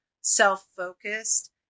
self-focused